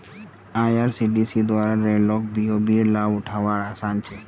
IRCTC द्वारा रेल लोक बी.ओ.बी का लाभ उठा वार आसान छे